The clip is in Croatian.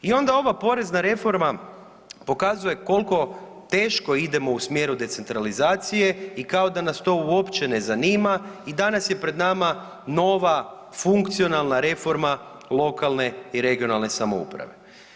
I onda ova porezna reforma pokazuje koliko teško idemo u smjeru decentralizacije i kao da nas to uopće ne zanima i danas je pred nama nova funkcionalna reforma lokalne i regionalne samouprave.